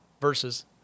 versus